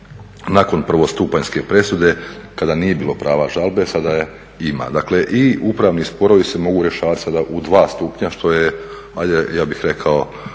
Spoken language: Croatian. nakon prvostupanjske presude kada nije bilo prava žalbe, sada je ima. Dakle i upravni sporovi se mogu rješavat sada u dva stupnja što je, ja bih rekao,